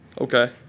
Okay